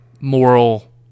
moral